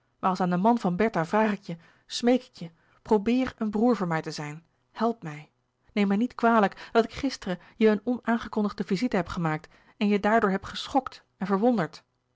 maar als aan den man van bertha vraag ik je smeek ik je probeer een broêr voor mij te zijn help mij neem mij niet kwalijk dat ik gisteren je een onaangekondigde visite heb gemaakt en je daardoor heb geschokt en verwonderd